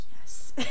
yes